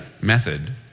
method